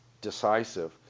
decisive